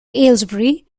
aylesbury